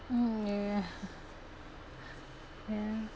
mm ya ya